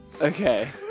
Okay